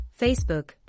Facebook